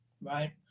Right